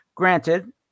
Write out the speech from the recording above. granted